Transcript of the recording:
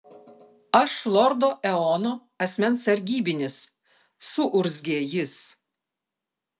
aš lordo eono asmens sargybinis suurzgė jis